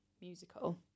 musical